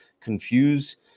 confuse